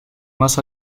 más